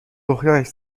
دخترش